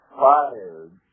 fired